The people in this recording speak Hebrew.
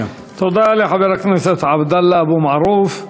תודה לחבר הכנסת עבדאללה אבו מערוף.